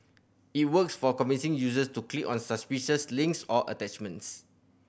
it works for convincing users to click on suspicious links or attachments